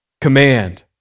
command